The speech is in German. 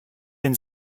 den